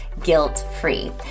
guilt-free